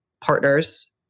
partners